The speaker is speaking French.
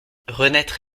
renaître